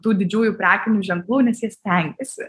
tų didžiųjų prekinių ženklų nes jie stengiasi